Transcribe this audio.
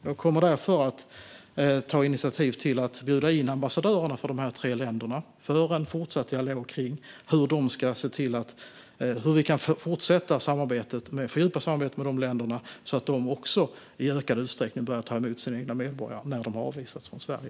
Jag kommer därför att ta initiativ till att bjuda in ambassadörerna för dessa tre länder för en fortsatt dialog kring hur vi kan fortsätta att fördjupa samarbetet så att de också i ökad utsträckning börjar ta emot sina egna medborgare när de avvisas från Sverige.